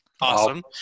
awesome